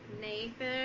Nathan